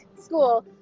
school